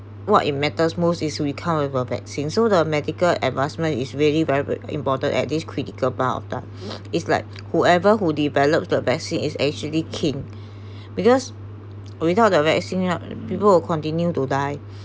what it matters most is we come with a vaccines so the medical advancement is really div~ important at this critical part of time is like whoever who developed the vaccine is actually king because without the vaccine ah people will continue to die